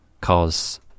cause